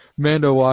Mando